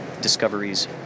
discoveries